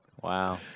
Wow